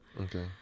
Okay